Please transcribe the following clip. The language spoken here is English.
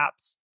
apps